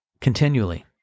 continually